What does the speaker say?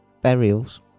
burials